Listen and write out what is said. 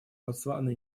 ботсвана